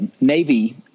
Navy